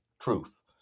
truth